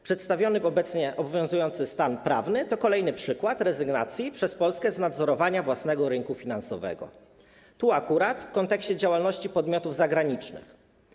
Przedstawiony obecnie obowiązujący stan prawny to kolejny przykład rezygnacji przez Polskę z nadzorowania własnego rynku finansowego, tu akurat w kontekście działalności podmiotów zagranicznych.